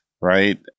right